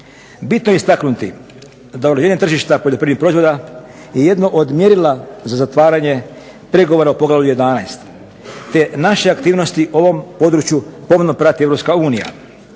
Bitno je istaknuti da uređenje tržišta poljoprivrednih proizvoda je jedno od mjerila za zatvaranje pregovora o Poglavlju 11. te naše aktivnosti ovom području pomno prati EU.